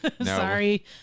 Sorry